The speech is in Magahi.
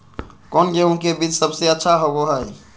कौन गेंहू के बीज सबेसे अच्छा होबो हाय?